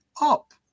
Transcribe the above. up